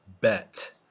bet